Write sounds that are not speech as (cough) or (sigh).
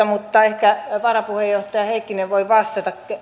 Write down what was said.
(unintelligible) mutta ehkä varapuheenjohtaja heikkinen voi vastata